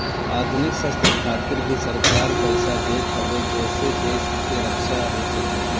आधुनिक शस्त्र खातिर भी सरकार पईसा देत हवे जेसे देश के रक्षा हो सके